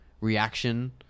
reaction